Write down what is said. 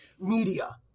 media